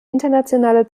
internationale